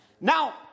Now